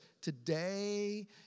today